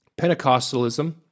Pentecostalism